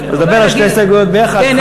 לדבר על שתי ההסתייגויות ביחד,